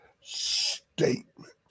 statement